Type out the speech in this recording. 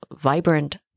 vibrant